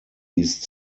east